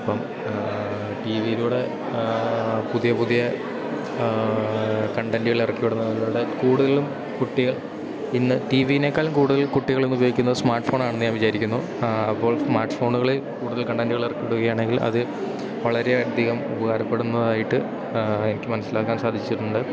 അപ്പം ടീ വിയിലൂടെ പുതിയ പുതിയ കണ്ടൻ്റുകളിറക്കി വിടുന്നതിലൂടെ കൂടുതലും കുട്ടികൾ ഇന്ന് ടീ വീനേക്കാളും കൂടുതൽ കുട്ടികളിന്നുപയോഗിക്കുന്നത് സ്മാർട്ട് ഫോണാണെന്നു ഞാൻ വിചാരിക്കുന്നു അപ്പോൾ സ്മാർട്ട് ഫോണുകളിൽ കൂടുതൽ കണ്ടൻ്റുകളിറക്കിവിടുകയാണെങ്കിൽ അത് വളരെയധികം ഉപകാരപ്പെടുന്നതായ്ട്ട് എനിക്ക് മനസ്സിലാക്കാൻ സാധിച്ചിട്ടുണ്ട്